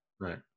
Right